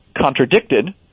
contradicted